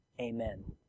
Amen